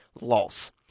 loss